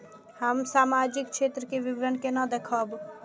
हम सामाजिक क्षेत्र के विवरण केना देखब?